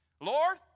Lord